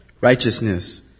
Righteousness